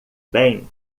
bem